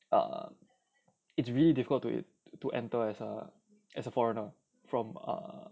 err it's really difficult to enter as a as a foreigner from err